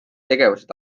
tegevused